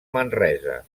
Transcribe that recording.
manresa